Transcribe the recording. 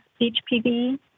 HPV